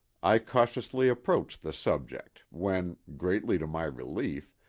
i cautiously approached the subject, when, greatly to my relief,